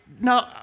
no